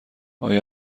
آیا